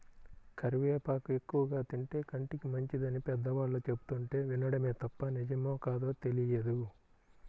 కరివేపాకు ఎక్కువగా తింటే కంటికి మంచిదని పెద్దవాళ్ళు చెబుతుంటే వినడమే తప్ప నిజమో కాదో తెలియదు